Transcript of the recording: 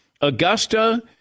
Augusta